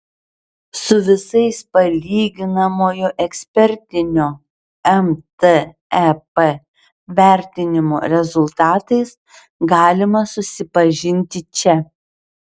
su visais palyginamojo ekspertinio mtep vertinimo rezultatais galima susipažinti čia